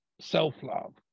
self-love